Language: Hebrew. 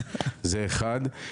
זה אחד.